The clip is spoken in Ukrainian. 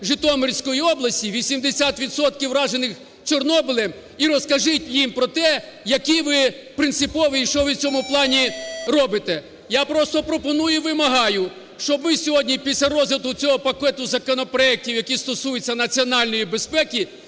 Житомирської області – 80 відсотків уражених Чорнобилем – і розкажіть їм про те, які ви принципові і що ви в цьому плані робите. Я просто пропоную і вимагаю, щоб ми сьогодні після розгляду цього пакету законопроектів, які стосуються національної безпеки,